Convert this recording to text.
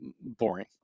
boring